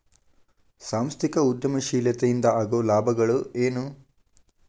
ಸಾಂಸ್ಥಿಕ ಉದ್ಯಮಶೇಲತೆ ಇಂದ ಆಗೋ ಲಾಭಗಳ ಏನು